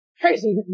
crazy